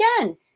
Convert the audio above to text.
again